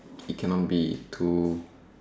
it cannot be too